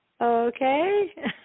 Okay